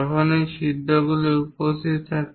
যখনই এই ছিদ্রগুলি উপস্থিত থাকে